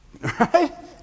Right